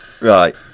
Right